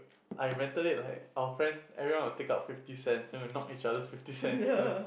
I invented it like our friend everyone will take out fifty cents then we knock each other fifty cents